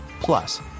Plus